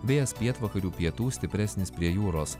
vėjas pietvakarių pietų stipresnis prie jūros